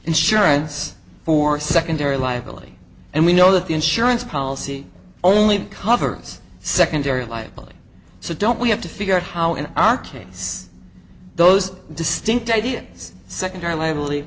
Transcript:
insurance for secondary liability and we know that the insurance policy only covers secondary liability so don't we have to figure out how in our case those distinct idea is secondary level the